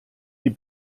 die